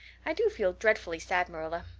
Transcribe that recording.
i do feel dreadfully sad, marilla.